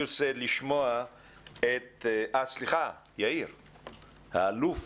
האלוף